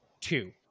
two